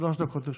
שלוש דקות לרשותך.